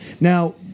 Now